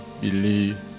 believe